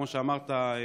כמו שאמרת,